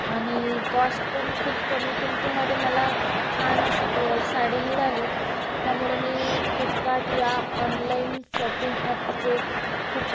आणि कॉस्ट पण खूप कमी किमतीमध्ये मला छान अशी साडी मिळाली त्यामुळे मी फ्लिपकार्ट या ऑनलाईन शॉपिंग ॲपचे खूप